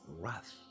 wrath